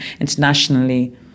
internationally